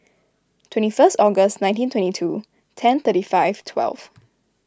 twenty first August nineteen twenty two ten thirty five twelve